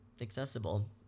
accessible